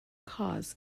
cause